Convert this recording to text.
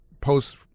post